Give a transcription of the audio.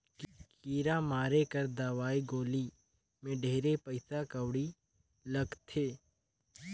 कीरा मारे कर दवई गोली मे ढेरे पइसा कउड़ी लगथे